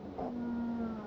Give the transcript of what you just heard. ya